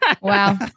Wow